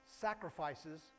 Sacrifices